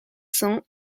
cents